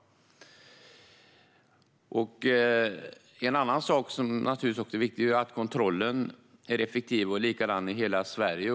En annan sak som är viktig är att kontrollen är effektiv och likadan i hela Sverige.